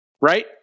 Right